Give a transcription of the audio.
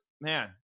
man